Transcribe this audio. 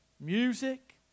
Music